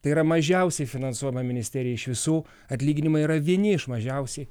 tai yra mažiausiai finansuojama ministerija iš visų atlyginimai yra vieni iš mažiausiai